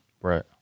Right